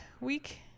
week